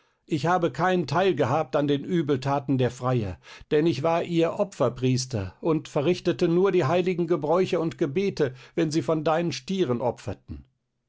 ich habe keinen teil gehabt an den übelthaten der freier denn ich war ihr opferpriester und verrichtete nur die heiligen gebräuche und gebete wenn sie von deinen stieren opferten